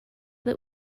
that